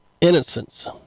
innocence